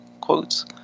quotes